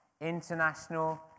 international